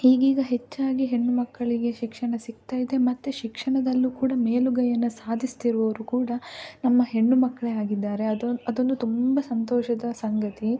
ಈಗೀಗ ಹೆಚ್ಚಾಗಿ ಹೆಣ್ಣು ಮಕ್ಕಳಿಗೆ ಶಿಕ್ಷಣ ಸಿಗ್ತಾಯಿದೆ ಮತ್ತು ಶಿಕ್ಷಣದಲ್ಲೂ ಕೂಡ ಮೇಲುಗೈಯನ್ನು ಸಾಧಿಸ್ತಿರುವವರು ಕೂಡ ನಮ್ಮ ಹೆಣ್ಣು ಮಕ್ಕಳೇ ಆಗಿದ್ದಾರೆ ಅದೊಂದು ಅದೊಂದು ತುಂಬ ಸಂತೋಷದ ಸಂಗತಿ